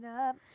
up